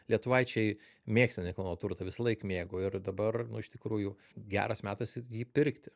lietuvaičiai mėgsta nekilnojamą turtą visąlaik mėgo ir dabar iš tikrųjų geras metas jį pirkti